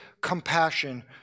compassion